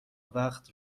وقت